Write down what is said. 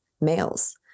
males